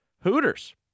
Hooters